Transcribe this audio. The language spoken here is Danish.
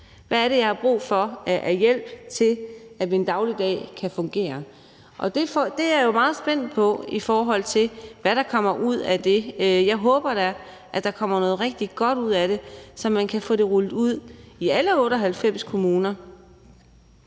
Hvad er det, jeg har brug for hjælp til, for at min dagligdag kan fungere? Der er jeg jo meget spændt på at se, hvad der kommer ud af det. Jeg håber da, at der kommer noget rigtig godt ud af det, så man kan få det rullet ud i alle 98 kommuner.